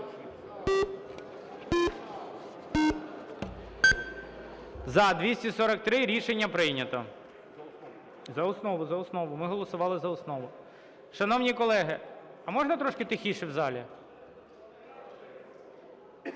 За-243 Рішення прийнято. За основу, за основу, ми голосували за основу. Шановні колеги, а можна трошки тихіше в залі.